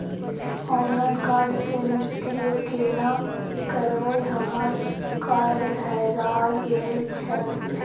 Online card के निष्क्रिय केना करबै हमर कार्ड हेराय गेल छल?